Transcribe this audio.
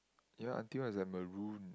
ya until as a maroon